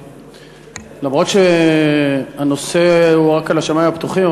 אומנם הנושא הוא רק השמים הפתוחים,